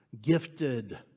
gifted